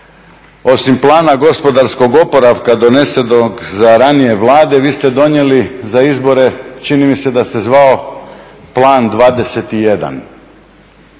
Osim plana gospodarskog oporavka donesenog za ranije Vlade, vi ste donijeli za izbore čini mi se da se zvao Plan 21,